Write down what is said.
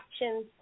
options